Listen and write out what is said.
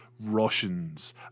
Russians